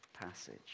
passage